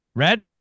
Red